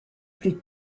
plus